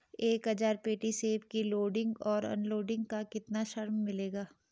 एक हज़ार पेटी सेब की लोडिंग और अनलोडिंग का कितना श्रम मिलेगा?